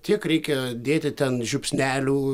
tiek reikia dėti ten žiupsnelių